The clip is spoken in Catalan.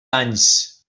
anys